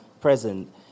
present